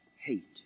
Hate